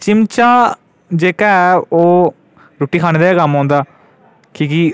चिमचा जेह्का ऐ ओह् रुट्टी खाने दे गै कम्म औंदा की जे